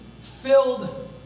filled